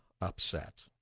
upset